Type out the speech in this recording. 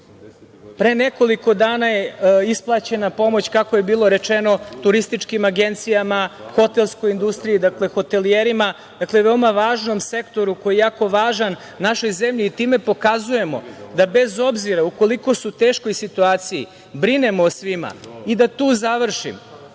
Pre nekoliko dana je isplaćena pomoć, kako je bilo rečeno turističkim agencijama, hotelskoj industriji, hotelijerima, dakle, veoma važnom sektoru koji je jako važan našoj zemlji. Time pokazujemo da bez obzira koliko su u teškoj situaciji brinemo o svima.I da tu završim,